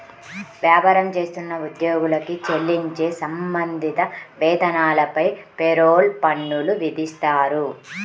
వ్యాపారం చేస్తున్న ఉద్యోగులకు చెల్లించే సంబంధిత వేతనాలపై పేరోల్ పన్నులు విధిస్తారు